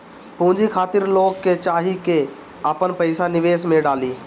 पूंजी खातिर लोग के चाही की आपन पईसा निवेश में डाले